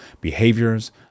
behaviors